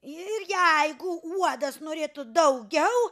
ir jeigu uodas norėtų daugiau